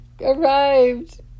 arrived